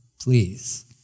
Please